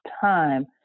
time